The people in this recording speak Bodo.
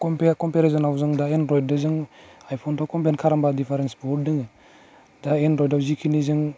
कमपेयार कमपेयारिजनाव जों दा एनरयदजों जों आइफनथ कमपेयार खालामबा डिफारेन्स बहुत दङ दा एनरयडआव जिखिनि जों